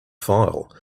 file